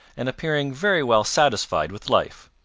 and appearing very well satisfied with life.